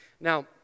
Now